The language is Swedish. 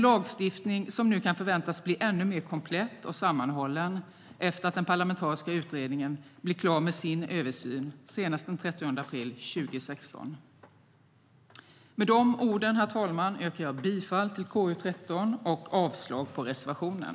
Lagstiftningen kan nu förväntas bli ännu mer komplett och sammanhållen efter att den parlamentariska utredningen blivit klar med sin översyn senast den 30 april 2016. Verksamhets-redogörelser för riksdagens nämnder Med de orden yrkar jag bifall till utskottets förslag i KU13 och avslag på reservationen.